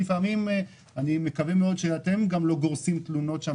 אני מקווה מאוד שאתם גם לא גורסים תלונות שם